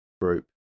group